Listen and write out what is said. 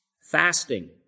fasting